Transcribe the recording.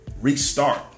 restart